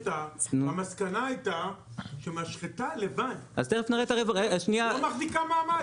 המסקנה הייתה שמשחטה לבד לא מחזיקה מעמד.